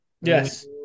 Yes